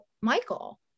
Michael